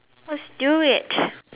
let's do it